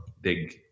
big